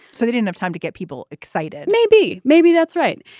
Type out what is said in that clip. so they didn't have time to get people excited. maybe. maybe. that's right.